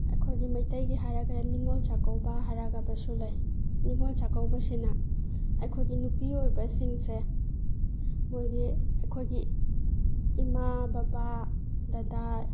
ꯑꯩꯈꯣꯏꯒꯤ ꯃꯩꯇꯩꯒꯤ ꯍꯥꯏꯔꯒꯅ ꯅꯤꯉꯣꯜ ꯆꯥꯛꯀꯧꯕ ꯍꯥꯏꯔꯒ ꯑꯃꯁꯨ ꯂꯩ ꯅꯤꯉꯣꯜ ꯆꯥꯛꯀꯧꯕꯁꯤꯅ ꯑꯩꯈꯣꯏꯒꯤ ꯅꯨꯄꯤ ꯑꯣꯏꯕꯁꯤꯡꯁꯦ ꯃꯣꯏꯒꯤ ꯑꯩꯈꯣꯏꯒꯤ ꯏꯃꯥ ꯕꯕꯥ ꯗꯗꯥ